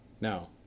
Now